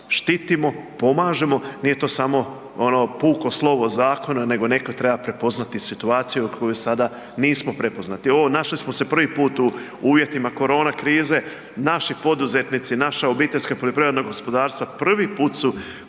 štitimo, pomažemo, nije to samo ono puko slovo zakona nego neko treba prepoznati situaciju koju sada nismo prepoznati. Ovo našli smo se prvi put u uvjetima korona krize, naši poduzetnici, naša obiteljska poljoprivredna gospodarstva prvi put su